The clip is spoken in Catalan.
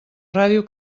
ràdio